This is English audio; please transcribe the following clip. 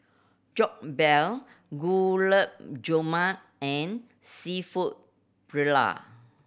Jokbal Gulab Jamun and Seafood Paella